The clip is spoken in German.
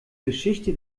geschichte